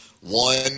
one